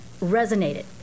resonated